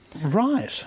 Right